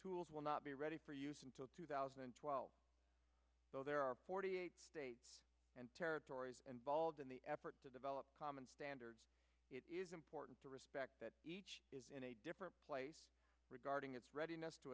tools will not be ready for use until two thousand and twelve though there are forty eight states and territories involved in the effort to develop common standards it is important to respect that is in a different place regarding its readiness to